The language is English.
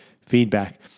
feedback